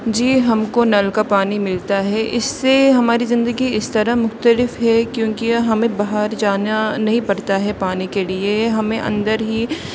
جی ہم کو نل کا پانی ملتا ہے اس سے ہماری زندگی اس طرح مختلف ہے کیونکہ ہمیں باہر جانا نہیں پڑتا ہے پانی کے لیے ہمیں اندر ہی